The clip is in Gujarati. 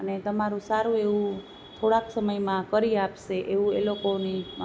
અને તમારું સારું એવું થોડાક સમયમાં કરી આપશે એવું એ લોકોની